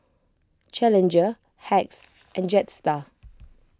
Challenger Hacks and Jetstar